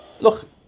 Look